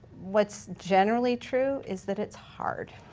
what's generally true is that it's hard.